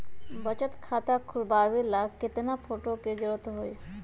बचत खाता खोलबाबे ला केतना फोटो के जरूरत होतई?